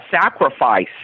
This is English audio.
sacrifice